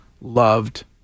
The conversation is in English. loved